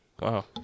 Wow